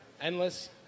Endless